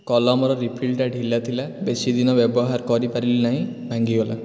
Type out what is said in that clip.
କଲମର ରୀଫିଲ୍ଟା ଢିଲାଥିଲା ବେଶୀ ଦିନ ବ୍ୟବହାର କରିପାରିଲି ନାହିଁ ଭାଙ୍ଗିଗଲା